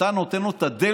אתה נותן לו את הדלתא